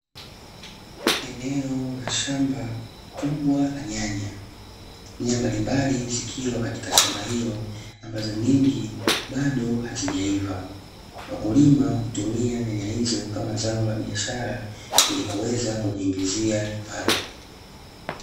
Eneo la shamba kubwa la nyanya . Nyanya mbalimbali zikiwa katika shamba hilo, ambazo nyingi bado hazijaiva . Wakulima hutumia nyanya hizo kama zao la biashara ili kuweza kujiingizia kipato.